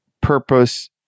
purpose